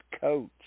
coach